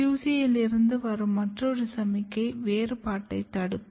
QC யிலிருந்து வரும் மற்றொரு சமிக்ஞை வேறுபாட்டைத் தடுக்கும்